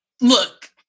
look